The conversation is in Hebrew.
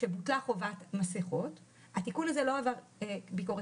כשבוטלה חובת מסכות התיקון הזה לא עבר ביקורת